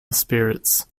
spirits